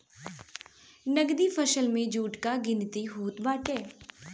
नगदी फसल में जुट कअ गिनती होत बाटे